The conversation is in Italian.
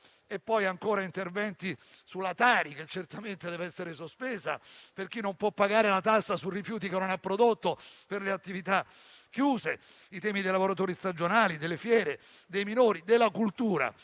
e poi ancora interventi sulla Tari, che certamente deve essere sospesa per chi non può pagare una tassa su rifiuti che non ha prodotto per la chiusura delle attività. Ci sono i temi dei lavoratori stagionali, delle fiere, dei minori, della cultura,